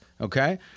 Okay